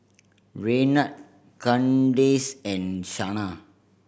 Raynard Kandace and Shana